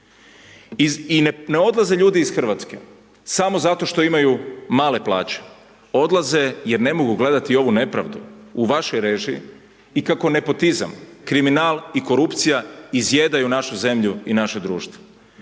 i ne odlaze ljudi iz Hrvatske samo zato što imaju male plaće, odlaze jer ne mogu gledati ovu nepravdu u vašoj režiji i kako nepotizam, kriminal i korupcija izjedaju našu zemlju i naše društvo.